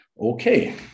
Okay